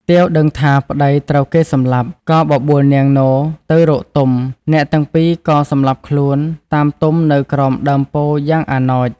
ទាវដឹងថាប្តីត្រូវគេសម្លាប់ ក៏បបួលនាងនោទៅរកទុំ អ្នកទាំងពីរក៏សម្លាប់ខ្លួនតាមទុំនៅក្រោមដើមពោធិ៍យ៉ាងអនោច។